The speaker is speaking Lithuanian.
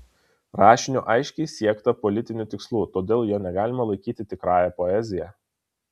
rašiniu aiškiai siekta politinių tikslų todėl jo negalima laikyti tikrąja poezija